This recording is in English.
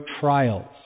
trials